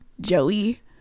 Joey